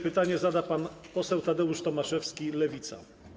Pytanie zada pan poseł Tadeusz Tomaszewski, Lewica.